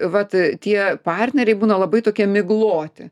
vat tie partneriai būna labai tokie migloti